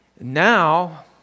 Now